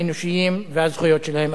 האנושיים והזכויות שלהם,